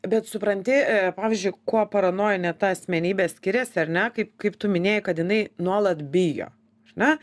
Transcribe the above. bet supranti pavyzdžiui kuo paranojinė ta asmenybė skiriasi ar ne kaip kaip tu minėjai kad jinai nuolat bijo ar ne